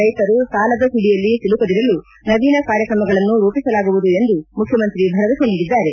ರೈತರು ಸಾಲದ ಸುಳಿಯಲ್ಲಿ ಸಿಲುಕದಿರಲು ನವೀನ ಕಾರ್ಯಕ್ರಮಗಳನ್ನು ರೂಪಿಸಲಾಗುವುದು ಎಂದು ಮುಖ್ಯಮಂತ್ರಿ ಭರವಸೆ ನೀಡಿದ್ದಾರೆ